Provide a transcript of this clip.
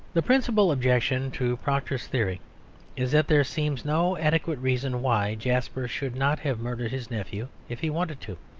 the principal objection to proctor's theory is that there seems no adequate reason why jasper should not have murdered his nephew if he wanted to.